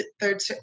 third